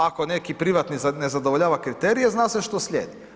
Ako neki privatni ne zadovoljava kriterije, zna se što slijedi.